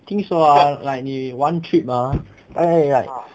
听说啊 like 你 one trip ah a'ah like